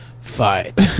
Fight